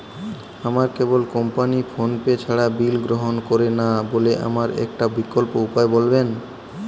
আমার cable company PhonePe ছাড়া bill গ্রহণ করে না বলে আমার একটা বিকল্প উপায় বলবেন?